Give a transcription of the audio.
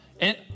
and-